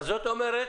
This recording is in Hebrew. זאת אומרת